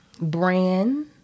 brand